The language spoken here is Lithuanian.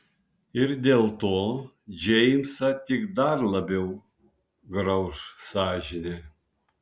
ir dėl to džeimsą tik dar labiau grauš sąžinė